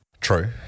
True